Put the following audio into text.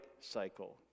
cycle